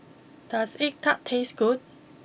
does Egg Tart taste good